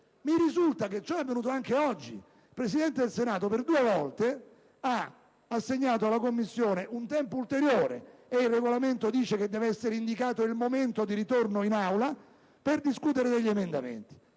Mi risulta che ciò sia avvenuto anche oggi. Il presidente del Senato per due volte ha assegnato alla Commissione un tempo ulteriore - il Regolamento dice che deve essere indicato il momento di ritorno del provvedimento in Aula - per discutere degli emendamenti,